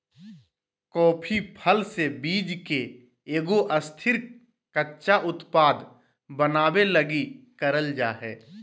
coffee फल से बीज के एगो स्थिर, कच्चा उत्पाद बनाबे लगी करल जा हइ